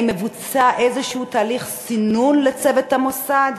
האם מבוצע איזשהו תהליך סינון לצוות המוסד?